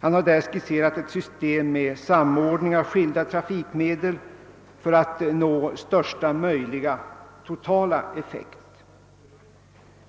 Han har där skisserat ett system med samordning av skilda trafikmedel för att nå största möjliga totala effekt.